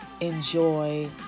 Enjoy